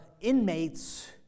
inmates